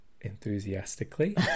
enthusiastically